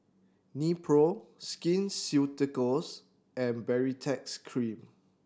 Nepro Skin Ceuticals and Baritex Cream